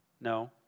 No